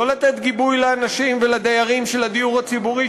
לא לאנשים ולדיירים של הדיור הציבורי,